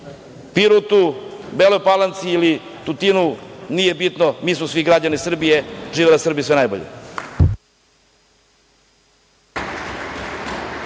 Pirotu, Beloj Palanci ili Tutinu, nije bitno, mi smo svi građani Srbije. Živela Srbija! Sve najbolje.